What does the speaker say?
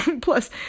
plus